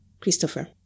Christopher